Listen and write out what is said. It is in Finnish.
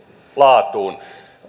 laatuun